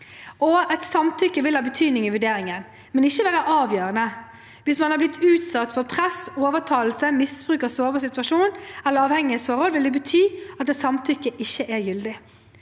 Et samtykke vil ha betydning i vurderingen, men ikke være avgjørende. Hvis man har blitt utsatt for press, overtalelse, misbruk av sårbar situasjon eller avhengighetsforhold, vil det bety at et samtykke ikke er gyldig.